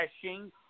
crashing